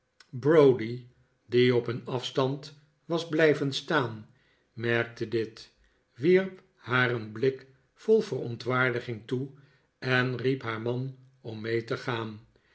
browdie die op een afstand was blijven staan merkte dit wierp haar een blik vol verontwaardiging toe en riep haar man om mee te gaan